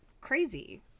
crazy